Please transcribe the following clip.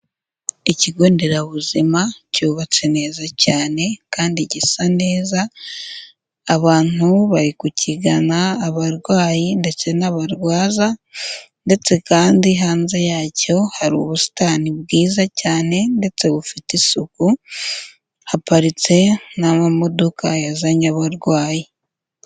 Ikigo nderabuzima cyubatse neza cyane kandi gisa neza, abantu bari kukigana abarwayi ndetse n'abarwaza ndetse kandi hanze yacyo hari ubusitani bwiza cyane ndetse bufite isuku haparitse n'amamodoka yazanyebarwayi.